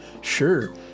Sure